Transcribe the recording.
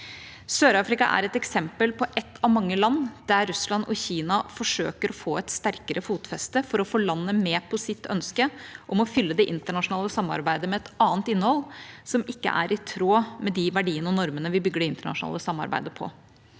Sør-Afrika er et eksempel på et av mange land der Russland og Kina forsøker å få et sterkere fotfeste, for å få landet med på sitt ønske om å fylle det internasjonale samarbeidet med et annet innhold, som ikke er i tråd med de verdiene og normene vi bygger det internasjonale samarbeidet på.